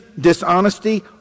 dishonesty